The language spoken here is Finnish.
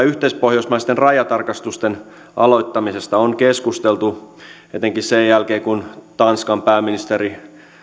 yhteispohjoismaisten rajatarkastusten aloittamisesta on keskusteltu etenkin sen jälkeen kun tanskan pääministeri